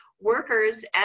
workers